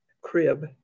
crib